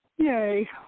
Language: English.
Yay